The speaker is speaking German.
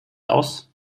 aus